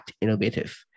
innovative